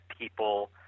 people